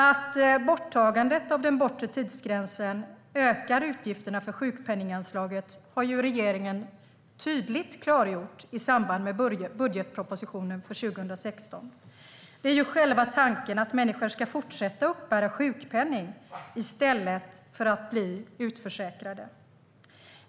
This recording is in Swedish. Att borttagandet av den bortre tidsgränsen ökar utgifterna för sjukpenninganslaget har regeringen tydligt klargjort i samband med budgetpropositionen för 2016. Själva tanken är ju att människor ska fortsätta att uppbära sjukpenning i stället för att bli utförsäkrade.